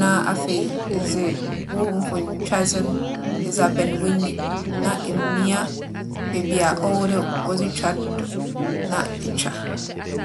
na afei edze wo mfonyintwadze no edze abɛn w'enyi na emia beebi a ͻwͻ dɛ ͻdze twa no do na etwa.